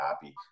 happy